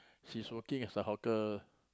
she's working as a hotel